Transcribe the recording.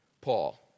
Paul